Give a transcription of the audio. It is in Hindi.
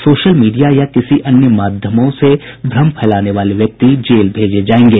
सोशल मीडिया या किसी अन्य माध्यमों से भ्रम फैलाने वाले व्यक्ति जेल भेजे जायेंगे